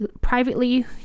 privately